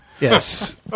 Yes